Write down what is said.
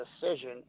decision